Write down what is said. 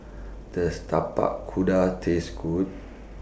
Does Tapak Kuda Taste Good